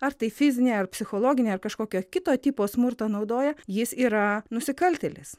ar tai fizinį ar psichologinį ar kažkokio kito tipo smurtą naudoja jis yra nusikaltėlis